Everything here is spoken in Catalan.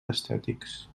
estètics